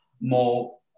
more